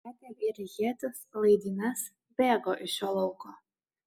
metė vyrai ietis laidynes bėgo iš šio lauko